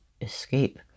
escape